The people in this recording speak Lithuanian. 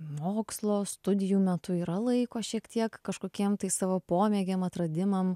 mokslo studijų metu yra laiko šiek tiek kažkokiem tai savo pomėgiam atradimam